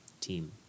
Team